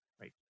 right